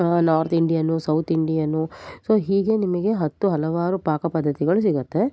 north Indian south Indian so ಹೀಗೆ ನಿಮಗೆ ಹತ್ತು ಹಲವಾರು ಪಾಕಪದ್ಧತಿಗಳು ಸಿಗುತ್ತೆ